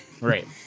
Right